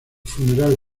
funeral